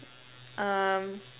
um